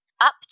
Up